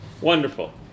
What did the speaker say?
Wonderful